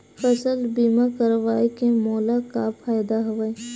फसल बीमा करवाय के मोला का फ़ायदा हवय?